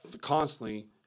constantly